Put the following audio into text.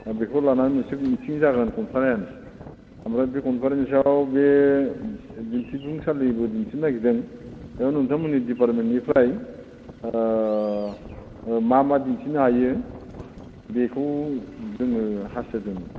दा बेखौ लानानै मोनसे मिथिं जागोन कनफारेन्स ओमफ्राय बे कनफारेन्सआव बे दिन्थिफुंसालिबो दिन्थिनो नागिरदों दा नोंथांमोननि डिफारमेन्टनिफ्राय ओह ओह मा मा दिन्थिनो हायो बेखौ जोङो हास्थायदोंमोन